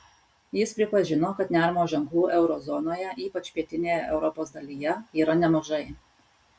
jis pripažino kad nerimo ženklų euro zonoje ypač pietinėje europos dalyje yra nemažai